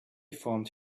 formed